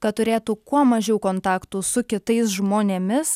kad turėtų kuo mažiau kontaktų su kitais žmonėmis